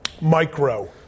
Micro